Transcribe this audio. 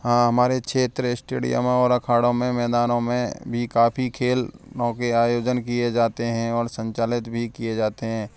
हाँ हमारे क्षेत्र स्टेडियमों और अखाड़ों में मैदानों में भी काफ़ी खेलों के आयोजन किए जाते हैं और संचालित भी किए जाते हैं